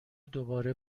دوباره